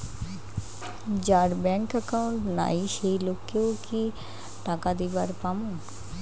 যার bank account নাই সেই লোক কে ও কি টাকা দিবার পামু?